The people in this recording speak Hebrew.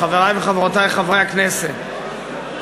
חברי וחברותי חברי הכנסת,